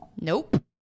Nope